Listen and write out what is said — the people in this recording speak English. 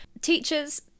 Teachers